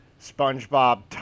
SpongeBob